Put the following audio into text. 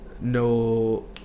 no